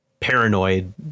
paranoid